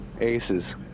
aces